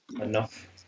enough